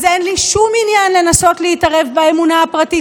אז אין לי שום עניין לנסות להתערב באמונה הפרטית,